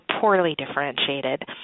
poorly-differentiated